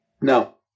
No